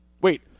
wait